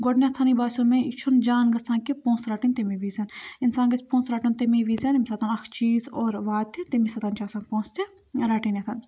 گۄڈنٮ۪تھَنٕے باسیو مےٚ یہِ چھُنہٕ جان گژھان کہِ پونٛسہٕ رَٹٕنۍ تَمہِ وِزِ اِنسان گژھِ پونٛسہٕ رَٹُن تَمی وزِ ییٚمہِ ساتہٕ اَکھ چیٖز اورٕ واتہِ تَمی ساتہٕ چھِ آسان پونٛسہٕ تہِ رَٹٕنٮ۪تھ